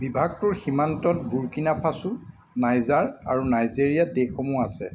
বিভাগটোৰ সীমান্তত Burkina Faso Niger আৰু নাইজেৰিয়া দেশসমূহ আছে